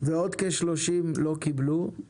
ועד כ- 30 לא קיבלו,